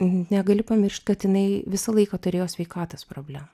negali pamiršt kad jinai visą laiką turėjo sveikatos problemų